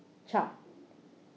chart